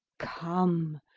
come,